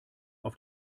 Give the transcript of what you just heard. auf